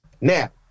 Now